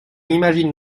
imagine